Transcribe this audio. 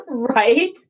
Right